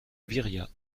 viriat